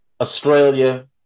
Australia